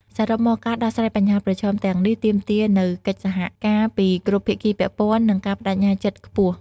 សរុបមក ការដោះស្រាយបញ្ហាប្រឈមទាំងនេះទាមទារនូវកិច្ចសហការពីគ្រប់ភាគីពាក់ព័ន្ធ និងការប្តេជ្ញាចិត្តខ្ពស់។